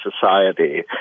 society